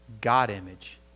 God-image